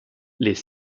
les